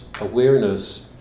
awareness